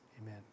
Amen